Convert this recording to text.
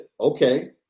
okay